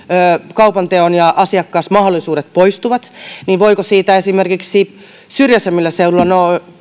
kaupanteon ja asiakasmahdollisuudet poistuvat niin voiko siitä esimerkiksi syrjäisemmillä seuduilla